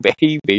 baby